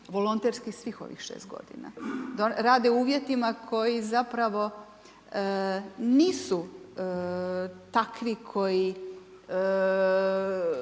volonterski svih ovih 6 g., rade u uvjetima koji zapravo nisu takvi kojima